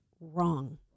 wrong